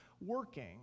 working